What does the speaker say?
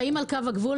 הם חיים על קו הגבול,